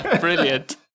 Brilliant